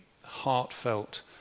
heartfelt